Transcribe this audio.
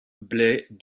blais